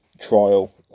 trial